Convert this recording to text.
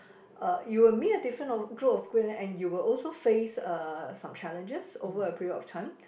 uh you will meet a different uh group of 贵人 and you will also face uh some challenges over a period of time